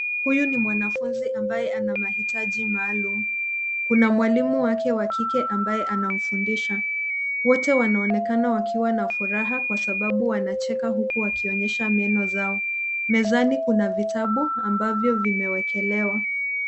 Huyu mwanafunzi ambaye ana mahitaji maalum. Kuna mwalimu wake wa kike ambaye anamfundisha. Wote wanaonekana wakiwa na furaha kwa sababu wanacheka huku wakionyesha meno zao. Mezani kuna vitabu ambavyo vimewekelewa.